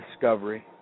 discovery